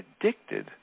addicted